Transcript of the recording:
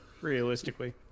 realistically